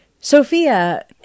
Sophia